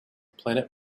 planet